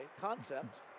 concept